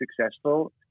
successful